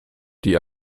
die